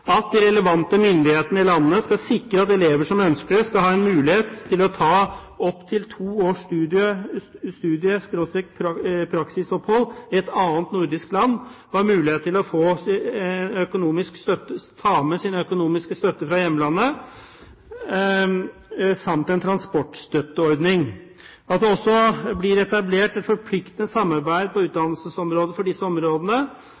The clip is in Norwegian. som ønsker det, skal ha en mulighet til å ta opptil to års studie-/praksisopphold i et annet nordisk land, ha mulighet til å ta med sin økonomiske støtte fra hjemlandet samt en transportstøtteordning at det også blir etablert et forpliktende samarbeid på